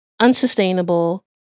unsustainable